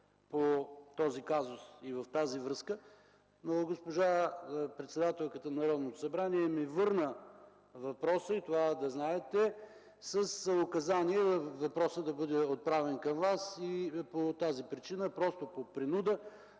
по този казус и в тази връзка, но госпожа председателя на Народното събрание ми върна въпроса, с указание въпросът да бъде отправен към Вас и по тази причина, просто по принуда,